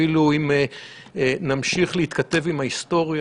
אפילו אם נמשיך להתכתב עם ההיסטוריה.